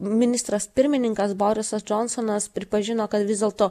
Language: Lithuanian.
ministras pirmininkas borisas džonsonas pripažino kad vis dėlto